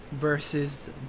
versus